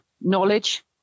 knowledge